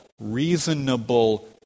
reasonable